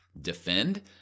defend